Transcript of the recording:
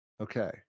okay